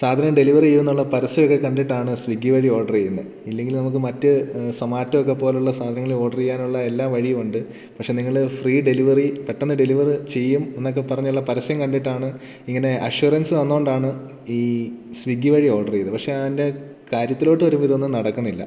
സാധനം ഡെലിവറി ചെയ്യൂന്നുള്ള പരസ്യം ഒക്കെ കണ്ടിട്ടാണ് സ്വിഗ്ഗി വഴി ഓർഡർ ചെയ്യുന്നത് ഇല്ലെങ്കിൽ നമുക്ക് മറ്റ് സൊമാറ്റോ ഒക്കെ പോലുള്ള സാധനങ്ങൾ ഓർഡർ ചെയ്യാനുള്ള എല്ലാ വഴിയും ഉണ്ട് പക്ഷേ നിങ്ങൾ ഫ്രീ ഡെലിവറി പെട്ടെന്ന് ഡെലിവറ് ചെയ്യും എന്നൊക്കെ പറഞ്ഞുള്ള പരസ്യം കണ്ടിട്ടാണ് ഇങ്ങനെ അഷുറൻസ് തന്നോണ്ടാണ് ഈ സ്വിഗ്ഗി വഴി ഓർഡർ ചെയ്തേ പക്ഷേ അതിൻ്റെ കാര്യത്തിലോട്ട് വരുമ്പോൾ ഇതൊന്നും നടക്കുന്നില്ല